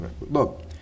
look